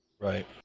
Right